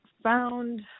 found